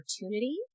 opportunity